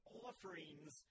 offerings